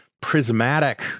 prismatic